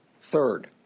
Third